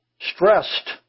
stressed